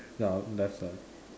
ya left side